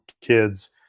kids